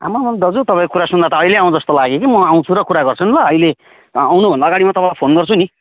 आम्ममा दाजु तपाईँको कुरा सुन्दा त अहिले आउँ जस्तो लाग्यो कि म आउँछु र कुरा गर्छु नि ल अहिले आउनु भन्दा अगाडि म तपाईँलाई फोन गर्छु नि